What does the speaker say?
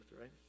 right